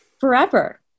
Forever